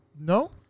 No